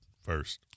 first